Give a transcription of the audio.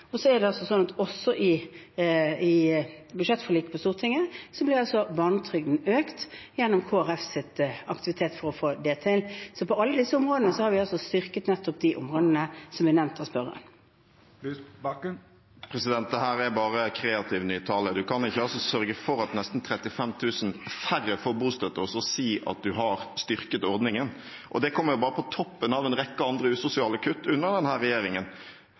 Og så er det også sånn at i budsjettforliket på Stortinget ble barnetrygden økt gjennom Kristelig Folkepartis aktivitet for å få det til. På alle disse områdene har vi styrket nettopp de områdene som er nevnt av spørreren. Det vert opna for oppfølgingsspørsmål – først Audun Lysbakken. Dette er bare kreativ nytale. Man kan ikke sørge for at nesten 35 000 færre får bostøtte og så si at man har styrket ordningen. Det kommer bare på toppen av en rekke andre usosiale kutt under denne regjeringen.